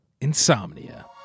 Insomnia